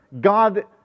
God